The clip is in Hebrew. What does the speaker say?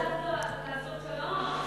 לעשות שלום?